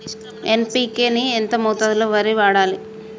NPK ని ఎంత మోతాదులో వరికి వాడాలి?